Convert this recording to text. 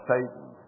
Satan